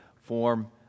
form